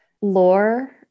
lore